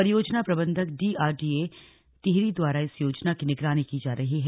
परियोजना प्रबंधक D R D A Tehri द्वारा इस योजना की निगरानी की जा रही है